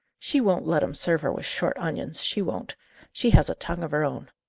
she won't let em serve her with short onions, she won't she has a tongue of her own.